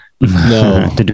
no